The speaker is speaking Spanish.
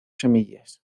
semillas